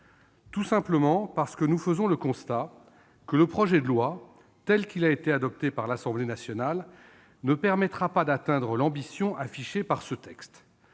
Tout simplement parce que nous faisons le constat que le projet de loi, tel qu'il a été adopté par l'Assemblée nationale, ne permettra pas d'atteindre l'ambition affichée par ce texte.